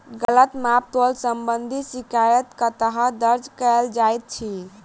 गलत माप तोल संबंधी शिकायत कतह दर्ज कैल जाइत अछि?